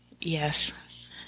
yes